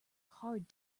hard